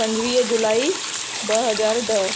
पंजवीअ जुलाई ॿ हज़ार ॾह